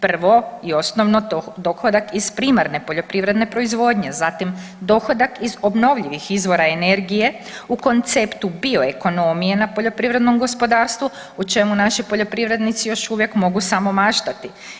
Prvo i osnovno dohodak iz primarne poljoprivredne proizvodnje, zatim dohodak iz obnovljivih izvora energije u konceptu bioekonomije na poljoprivrednom gospodarstvu o čemu naši poljoprivrednici još uvijek mogu samo maštati.